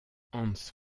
hans